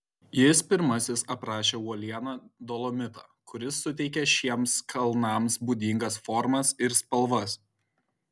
jis pirmasis aprašė uolieną dolomitą kuris suteikia šiems kalnams būdingas formas ir spalvas